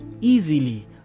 easily